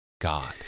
God